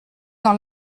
dans